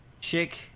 chick